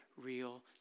real